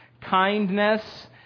Kindness